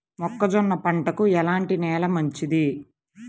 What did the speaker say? మొక్క జొన్న పంటకు ఎలాంటి నేల మంచిది?